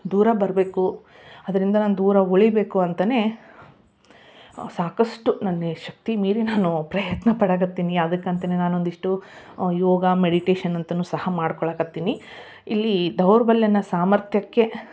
ದೂರ ಬರಬೇಕು ಅದರಿಂದ ನಾನು ದೂರ ಉಳಿಬೇಕು ಅಂತಾನೆ ಸಾಕಷ್ಟು ನನ್ನ ಈ ಶಕ್ತಿ ಮೀರಿ ನಾನು ಪ್ರಯತ್ನ ಪಡಕ್ಕೆ ಹತ್ತೀನಿ ಅದಕ್ಕೆ ಅಂತಾನೆ ನಾನು ಒಂದಿಷ್ಟು ಯೋಗ ಮೆಡಿಟೇಶನ್ ಅಂತಾನೂ ಸಹ ಮಾಡ್ಕೊಳಕ್ಕೆ ಹತ್ತೀನಿ ಇಲ್ಲಿ ದೌರ್ಬಲ್ಯನ ಸಾಮರ್ಥ್ಯಕ್ಕೆ